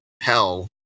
hell